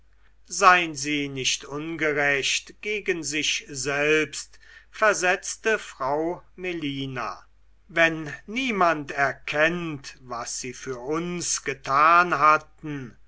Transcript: sein sie nicht ungerecht gegen sich selbst versetzte frau melina wenn niemand erkennt was sie für uns getan hatten